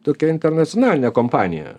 tokia internacionalinė kompanija